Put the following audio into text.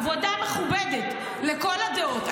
עבודה מכובדת לכל הדעות,